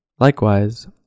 Likewise